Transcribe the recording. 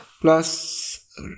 plus